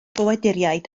ffoaduriaid